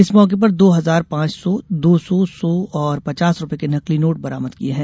इस मौके पर दो हजार पांच सौ दो सौ सौ और पचास रूपये के नकली नोट बरामद किये हैं